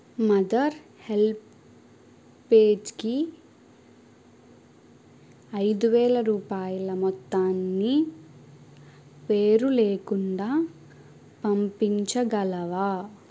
mother help పేజ్కి ఐదువేల రూపాయల మొత్తాన్నిపేరు లేకుండా పంపించగలవా